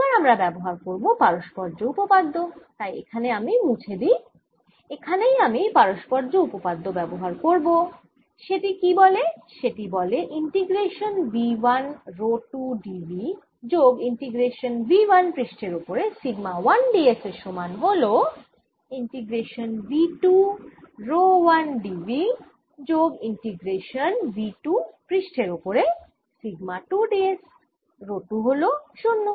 এবার আমরা ব্যবহার করব পারস্পর্য্য উপপাদ্য তাই এখানে আমি মুছে দিই এখানেই আমি পারস্পর্য্য উপপাদ্য ব্যবহার করব সেটি কি বলে সেটি বলে integration V 1 rho 2 d V যোগ ইন্টিগ্রেশান V 1 পৃষ্ঠের ওপরে সিগমা 1 d s এর সমান হল integration V 2 rho 1 d v যোগ ইন্টিগ্রেশান V 2 পৃষ্ঠের ওপরে সিগমা 2 d s রো 2 হল 0